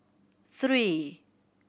three